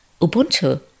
Ubuntu